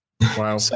Wow